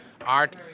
art